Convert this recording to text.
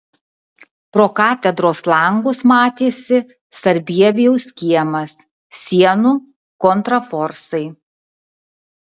pro katedros langus matėsi sarbievijaus kiemas sienų kontraforsai